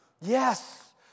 Yes